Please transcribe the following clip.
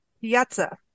Piazza